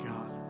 God